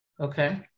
Okay